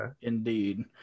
indeed